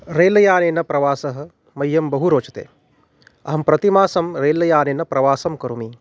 रेलयानेन प्रवासः मह्यं बहु रोचते अहं प्रतिमासं रेलयानेन प्रवासं करोमि